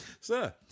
Sir